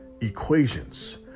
equations